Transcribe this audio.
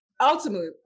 Ultimately